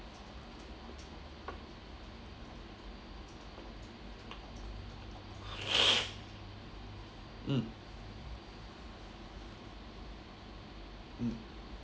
mm mm